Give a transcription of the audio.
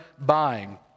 buying